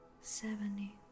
seventy